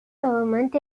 government